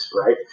right